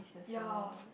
ya